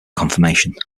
confirmation